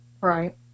Right